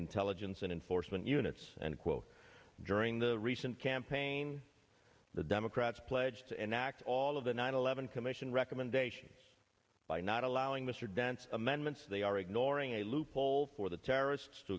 intelligence and in force and units and quote during the recent campaign the democrats pledge to enact all of the nine eleven commission recommendations by not allowing mr dense amendments they are ignoring a loophole for the terrorists to